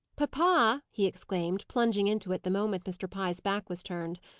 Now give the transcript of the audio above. papa! he exclaimed, plunging into it the moment mr. pye's back was turned,